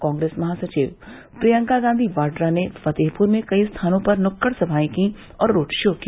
कांग्रेस महासचिव प्रियंका गांधी वाड्रा ने फतेहप्र में कई स्थानों पर नुक्कड़ संभाएं और रोड शो किया